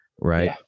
Right